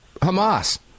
Hamas